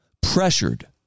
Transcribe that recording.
pressured